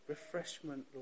refreshment